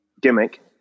gimmick